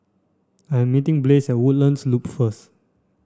I am meeting Blaze at Woodlands Loop first